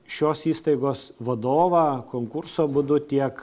šios įstaigos vadovą konkurso būdu tiek